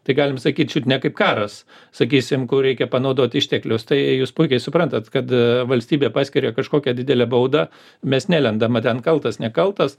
tai galim sakyt čiut ne kaip karas sakysim kai reikia panaudot išteklius tai jūs puikiai suprantat kad valstybė paskiria kažkokią didelę baudą mes nelendame ten kaltas nekaltas